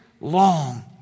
long